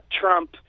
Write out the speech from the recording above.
Trump